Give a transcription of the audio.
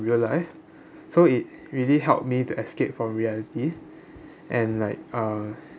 real-life so it really helped me to escape from reality and like uh